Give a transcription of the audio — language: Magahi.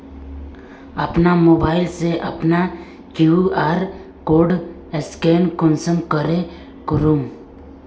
अपना मोबाईल से अपना कियु.आर कोड स्कैन कुंसम करे करूम?